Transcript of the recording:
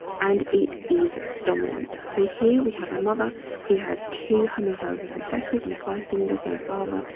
and it is dominant. so here, we have a mother who has two homozygous recessive and five fingers and a father,